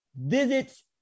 visits